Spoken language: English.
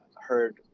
heard